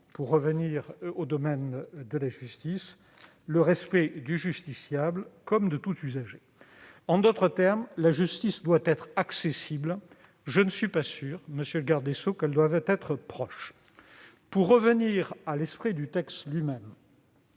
et, en matière de justice, de respect du justiciable, comme de tout usager. En d'autres termes, la justice doit être accessible ; je ne suis pas sûr, monsieur le garde des sceaux, qu'elle doive être proche. J'en viens à l'esprit du texte et